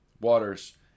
waters